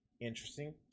interesting